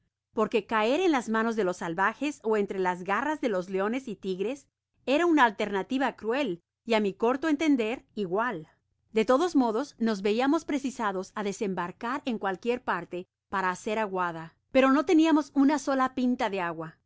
porque caer en las manos de los salvajes ó entre las garras de los leones y tigres era una alternativa cruel y á mi corto entender igual de todos modos nos veiamos precisados á desembarcar en cualquier parte para hacer aguada pues no teniamos una sola pinta de agua